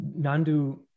Nandu